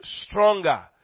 stronger